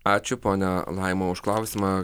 ačiū ponia laima už klausimą